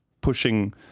pushing